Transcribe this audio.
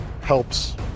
helps